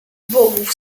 bogów